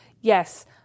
yes